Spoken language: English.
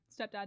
stepdad